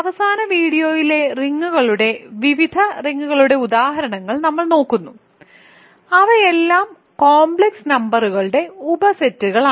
അവസാന വീഡിയോയിലെ റിങ്ങുകളുടെ വിവിധ റിങ്ങുകളുടെ ഉദാഹരണങ്ങൾ നമ്മൾ നോക്കുന്നു അവയെല്ലാം കോംപ്ലക്സ് നമ്പർകളുടെ ഉപസെറ്റുകളാണ്